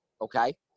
Okay